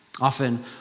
Often